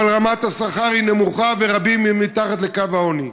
אבל רמת השכר היא נמוכה ורבים הם מתחת לקו העוני.